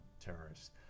terrorists